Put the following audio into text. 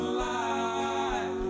life